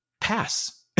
pass